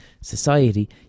society